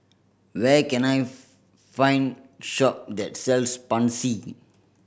where can I find shop that sells Pansy